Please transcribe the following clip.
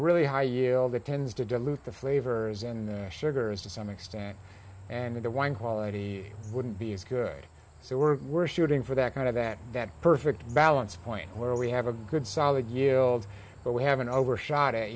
really high yield it tends to dilute the flavors and sugars to some extent and the wine quality wouldn't be as good so we're we're shooting for that kind of that that perfect balance point where we have a good solid year old but we haven't overshot